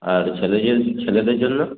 আর ছেলেদের ছেলেদের জন্য